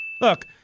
Look